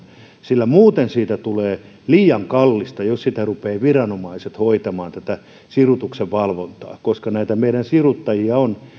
sillä muuten siitä tulee liian kallista jos viranomaiset rupeavat hoitamaan tätä sirutuksen valvontaa näitä siruttajia on